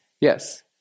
Yes